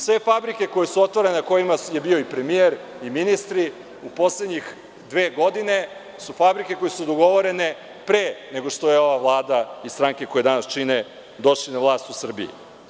Sve fabrike koje su otvarane, na kojima je bio i premijer i ministri, u poslednjih dve godine, su fabrike koje su dogovorene pre nego što je ova Vlada i stranke koje danas čine došli na vlast u Srbiji.